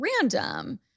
random